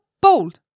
bold